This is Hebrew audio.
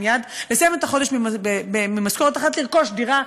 לרכוש דירה,